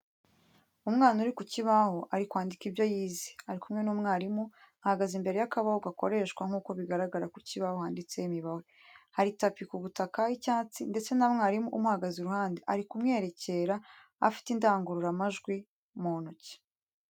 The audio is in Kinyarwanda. Umwana uri ku kibaho, ari kwandika ibyo yize, ari kumwe n’umwarimu ahagaze imbere y’akabaho gakoreshwa nk’uko bigaragara ku kibaho handitseho imibare. Hari tapi ku butaka y'icyatsi ndetse na mwarimu umuhagaze iruhande uri kumwerekera afite indangururamajwi mu ntoki.